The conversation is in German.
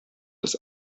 des